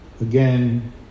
Again